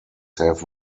have